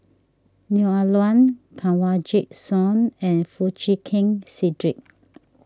Neo Ah Luan Kanwaljit Soin and Foo Chee Keng Cedric